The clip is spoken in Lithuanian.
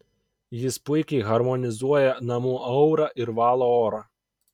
jis puikiai harmonizuoja namų aurą ir valo orą